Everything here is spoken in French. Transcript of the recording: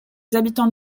habitants